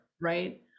right